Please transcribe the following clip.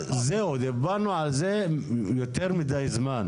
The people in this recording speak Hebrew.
דיברנו על זה יותר מידי זמן.